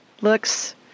Looks